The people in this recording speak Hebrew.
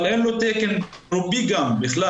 אבל אין לו תקן אירופאי בכלל.